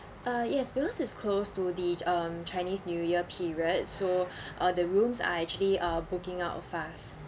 uh yes because is close to the um chinese new year period so uh the rooms are actually uh booking out fast